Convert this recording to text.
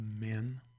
men